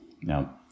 Now